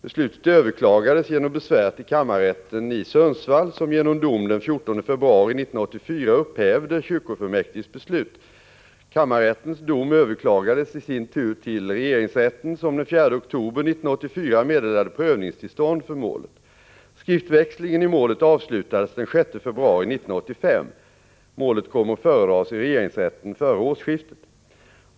Beslutet överklagades genom besvär till kammarrätten i Sundsvall, som genom dom den 14 februari 1984 upphävde kyrkofullmäktiges beslut. Kammarrättens dom överklagades i sin tur till regeringsrätten, som den 4 oktober 1984 meddelade prövningstillstånd för målet. Skriftväxlingen i målet avslutades den 6 februari 1985. Målet kommer att föredras i regeringsrätten före årsskiftet.